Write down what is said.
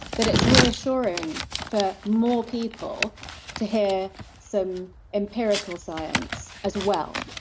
that it's reassuring for more people to hear some empirical science as well.